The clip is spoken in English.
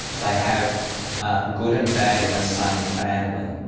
they have good and bad in the same family.